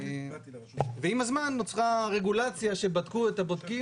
עם הזמן נוצרה רגולציה שבדקו את הבודקים